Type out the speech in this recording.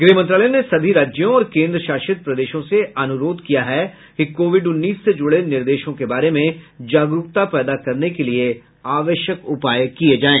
गृह मंत्रालय ने सभी राज्यों और केन्द्र शासित प्रदेशों से अनुरोध किया है कि कोविड उन्नीस से जुड़े निर्देशों के बारे में जागरूकता पैदा करने के लिए आवश्यक उपाय किये जाएं